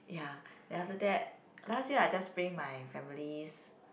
ya then after that last year I just bring my families